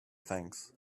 thanks